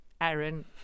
Aaron